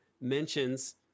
mentions